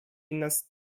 nas